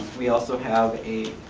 we also have a